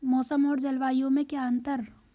मौसम और जलवायु में क्या अंतर?